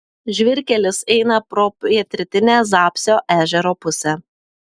žvyrkelis eina pro pietrytinę zapsio ežero pusę